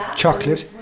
chocolate